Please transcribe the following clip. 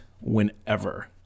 whenever